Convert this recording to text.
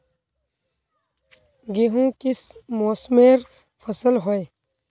गेहूँ किस मौसमेर फसल होय?